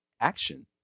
action